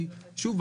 כי שוב,